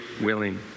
willing